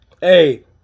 hey